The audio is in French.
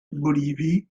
bolivie